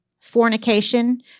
fornication